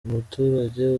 umuturage